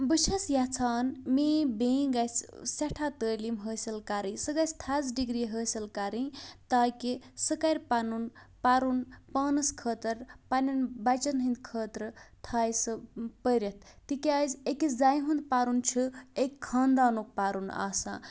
بہٕ چھس یَژھان میٛٲنۍ بیٚنہِ گژھِ سٮ۪ٹھاہ تعلیٖم حٲصِل کَرٕنۍ سُہ گژھِ تھَزٕ ڈِگری حٲصِل کَرٕنۍ تاکہِ سُہ کَرِ پںُن پَرُن پانَس خٲطٕر پَنٮ۪ن بَچَن ہٕنٛد خٲطرٕ تھاے سُہ پٔرِتھ تِکیٛازِ أکِس زَنہِ ہُنٛد پَرُن چھُ اَکہِ خاندانُک پَرُن آسان